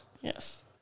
Yes